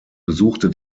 besuchte